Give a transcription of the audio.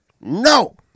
No